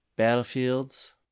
Battlefields